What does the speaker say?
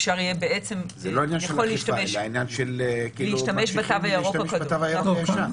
אפשר יהיה בעצם, יכול להשתמש בתו הירוק הישן.